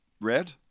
red